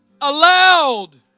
allowed